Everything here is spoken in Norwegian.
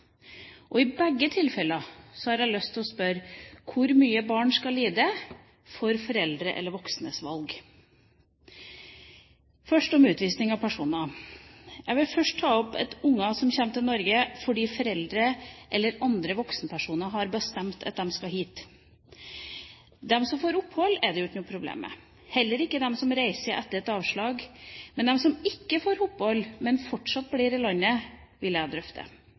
Og i begge tilfellene har jeg lyst til å spørre hvor mye barn skal lide for foreldres eller voksnes valg. Først om utvisning av personer. Jeg vil først ta opp situasjonen for unger som kommer til Norge fordi foreldre eller andre voksenpersoner har bestemt at de skal hit. De som får opphold, er det ikke noe problem med, heller ikke dem som reiser etter et avslag. Det er de som ikke får opphold, men fortsatt blir i landet, jeg vil drøfte.